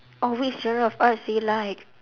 oh which genre of arts do you like